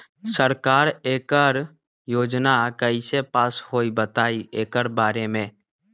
सरकार एकड़ योजना कईसे पास होई बताई एकर बारे मे?